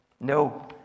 No